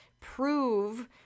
prove